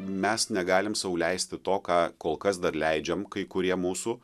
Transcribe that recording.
mes negalim sau leisti to ką kol kas dar leidžiam kai kurie mūsų